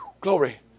Glory